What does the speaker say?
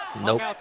Nope